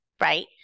right